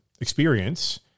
experience